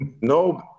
No